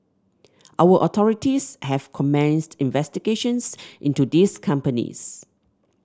our authorities have commenced investigations into these companies